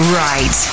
right